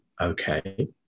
okay